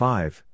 Five